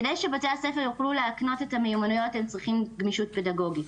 כדי שבתי הספר יוכלו להקנות את המיומנויות הם צריכים גמישות פדגוגית.